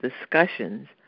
discussions